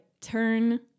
turn